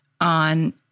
on